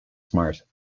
smart